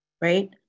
right